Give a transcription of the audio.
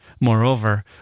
Moreover